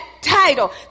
title